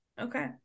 Okay